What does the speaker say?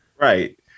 Right